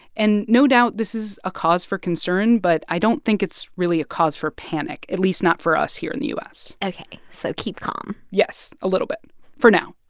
and no doubt this is a cause for concern, but i don't think it's really a cause for panic, at least not for us here in the u s ok. so keep calm yes, a little bit for now.